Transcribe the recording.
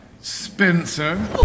Spencer